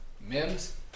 Mims